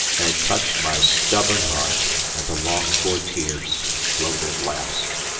and it touched my stubborn heart and the longed-for tears flowed at last.